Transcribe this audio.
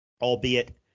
Albeit